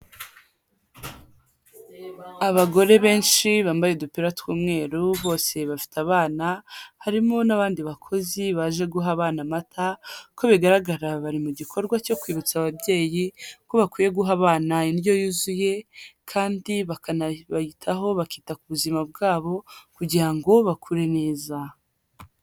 Abagore benshi bambaye udupira tw'umweru bose bafite abana, harimo n'abandi bakozi baje guha abana amata, uko bigaragara bari mu gikorwa cyo kwibutsa ababyeyi ko bakwiye guha abana indyo yuzuye kandi bakanabitaho, bakita ku buzima bwabo kugira ngo bakure neza.